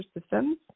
systems